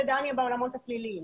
ודניה בעולמות הפליליים.